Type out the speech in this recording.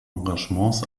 engagements